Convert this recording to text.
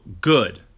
good